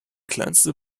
kleinste